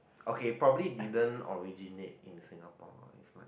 okay probably didn't originate in Singapore it's like